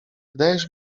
wydajesz